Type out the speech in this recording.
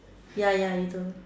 ya ya he don't know